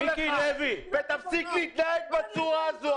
תפסיק להתנהג בצורה הזאת.